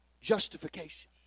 justification